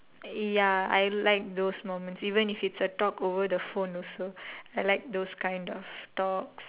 ya I like those moments even if it's a talk over the phone also I like those kind of talks